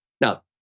Now